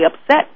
upset